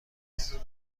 است